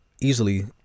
easily